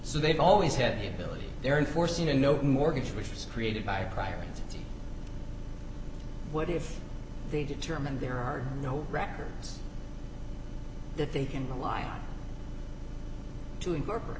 so they've always had the ability they're enforcing the no mortgage which was created by a prior and what if they determined there are no records that they can rely on to incorporate